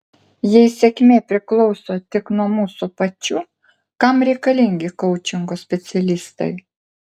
jei sėkmė priklauso tik nuo mūsų pačių kam reikalingi koučingo specialistai